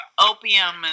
opium